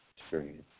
Experience